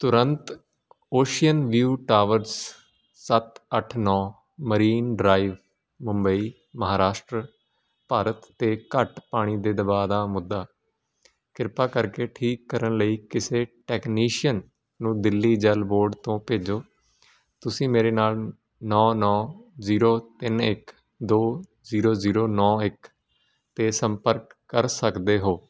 ਤੁਰੰਤ Ocean View Towers ਸੱਤ ਅੱਠ ਨੌਂ ਮਰੀਨ ਡਰਾਈਵ ਮੁੰਬਈ ਮਹਾਰਾਸ਼ਟਰ ਭਾਰਤ 'ਤੇ ਘੱਟ ਪਾਣੀ ਦੇ ਦਬਾਅ ਦਾ ਮੁੱਦਾ ਕਿਰਪਾ ਕਰਕੇ ਠੀਕ ਕਰਨ ਲਈ ਕਿਸੇ ਟੈਕਨੀਸ਼ੀਅਨ ਨੂੰ ਦਿੱਲੀ ਜਲ ਬੋਰਡ ਤੋਂ ਭੇਜੋ ਤੁਸੀਂ ਮੇਰੇ ਨਾਲ ਨੌਂ ਨੌਂ ਜ਼ੀਰੋ ਤਿੰਨ ਇੱਕ ਦੋ ਜ਼ੀਰੋ ਜ਼ੀਰੋ ਨੌਂ ਇੱਕ 'ਤੇ ਸੰਪਰਕ ਕਰ ਸਕਦੇ ਹੋ